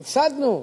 הפסדנו,